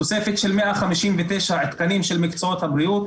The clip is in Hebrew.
תוספת של 159 תקנים של מקצועות הבריאות,